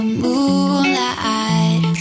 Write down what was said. moonlight